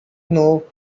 know